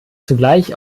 zugleich